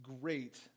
great